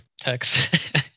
text